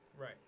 Right